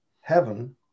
heaven